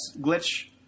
Glitch